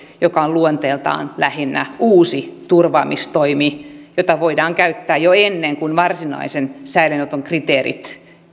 joka on luonteeltaan lähinnä uusi turvaamistoimi jota voidaan käyttää jo ennen kuin varsinaisen säilöönoton kriteerit